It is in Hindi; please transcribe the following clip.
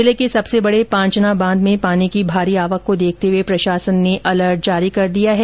जिले के सबसे बड़े पांचना बांध में पानी की भारी आवक को देखते हुए प्रशासन ने अलर्ट जारी कर दिया है